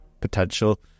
potential